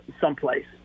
someplace